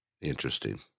interesting